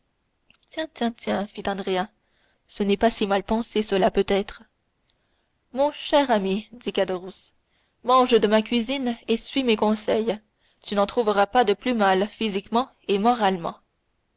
tiens tiens tiens fit andrea ce n'est pas si mal pensé cela peut-être mon cher ami dit caderousse mange de ma cuisine et suis mes conseils tu ne t'en trouveras pas plus mal physiquement et moralement